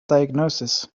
diagnosis